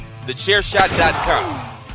Thechairshot.com